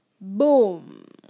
boom